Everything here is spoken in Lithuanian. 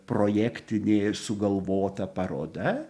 projektinė ir sugalvota paroda